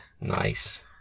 Nice